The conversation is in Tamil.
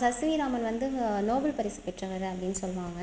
சர் சிவி ராமன் வந்து நோபல் பரிசு பெற்றவர் அப்படின்னு சொல்லுவாங்க